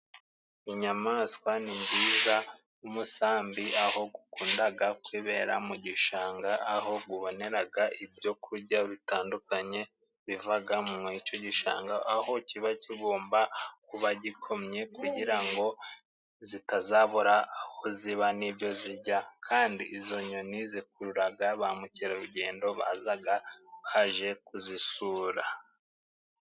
Inyamaswa ni nziza nk'umusambi aho ukunda kwibera mu gishanga, aho ubonera ibyokurya bitandukanye bivaga mu icyo gishanga, aho kiba kigomba kuba gikomye kugira ngo zitazabura aho ziba ni byo zirya, kandi izo nyoni zikurura ba mukerarugendo baza baje kuzisura.